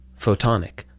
photonic